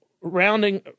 rounding